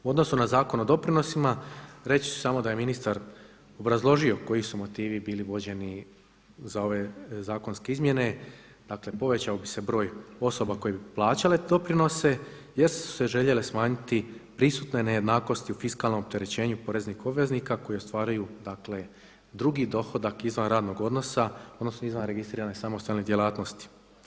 U odnosu na Zakon o doprinosima reći ću samo da je ministar obrazložio koji su motivi bili vođeni za ove zakonske izmjene, dakle povećao bi se broj osoba koje bi plaćale doprinose jer su se željele smanjiti prisutne nejednakosti u fiskalnom opterećenju poreznih obveznika koji ostvaruju, dakle drugi dohodak izvan radnog odnosa, odnosno izvan registrirane samostalne djelatnosti.